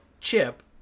chip